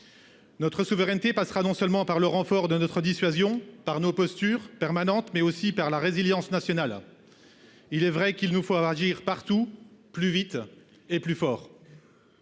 Notre souveraineté passera non seulement par le renfort de notre dissuasion par nos postures permanentes mais aussi par la résilience nationale. Il est vrai qu'il nous faut agir partout plus vite et plus fort.